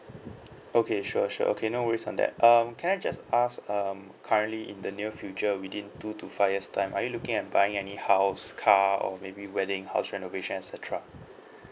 okay sure sure okay no worries on that um can I just ask um currently in the near future within two to five years time are you looking at buying any house car or maybe wedding house renovation et cetera